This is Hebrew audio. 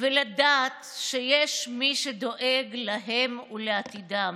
ולדעת שיש מי שדואג להם ולעתידם.